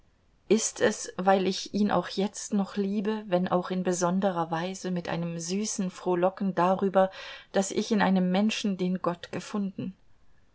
ist es weil ich ihn auch jetzt noch liebe wenn auch in besonderer weise mit einem süßen frohlocken darüber daß ich in einem menschen den gott gefunden